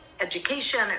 education